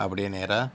அப்படியே நேராக